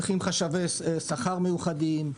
צריך חשבי שכר מיוחדים,